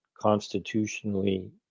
constitutionally